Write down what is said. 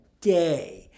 day